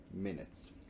minutes